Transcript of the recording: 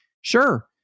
sure